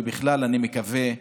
ובכלל, אני מקווה,